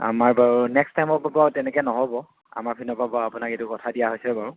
আমাৰ বাৰু নেক্সট টাইমৰপৰা বাৰু তেনেকৈ নহ'ব আমাৰ পিনৰপৰা বাৰু আপোনাক এইটো কথা দিয়া হৈছে বাৰু